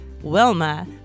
Wilma